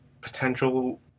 potential